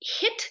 hit